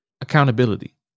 Accountability